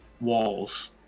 walls